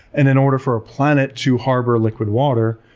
and in order for a planet to harbor liquid water,